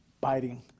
biting